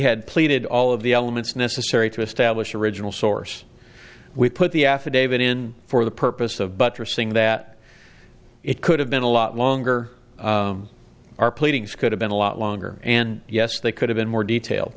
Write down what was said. had pleaded all of the elements necessary to establish the original source we put the affidavit in for the purpose of buttressing that it could have been a lot longer our pleadings could have been a lot longer and yes they could have been more detail